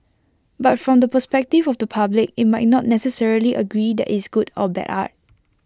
but from the perspective of the public IT might not necessarily agree that it's good or bad art